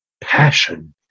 passion